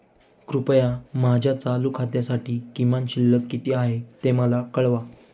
कृपया माझ्या चालू खात्यासाठी किमान शिल्लक किती आहे ते मला कळवा